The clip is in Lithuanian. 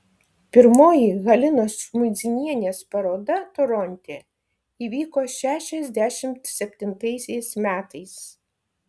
pirmoji halinos žmuidzinienės paroda toronte įvyko šešiasdešimt septintaisiais metais